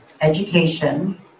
education